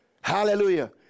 Hallelujah